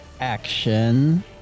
action